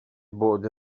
بُعد